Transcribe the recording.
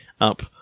up